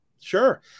Sure